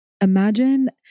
Imagine